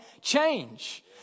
change